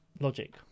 Logic